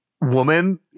woman